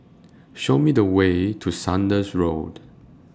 Show Me The Way to Saunders Road